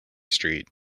street